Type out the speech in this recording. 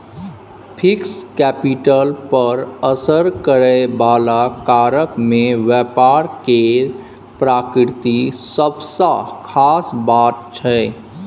fixed capital पर असर करइ बला कारक मे व्यापार केर प्रकृति सबसँ खास बात छै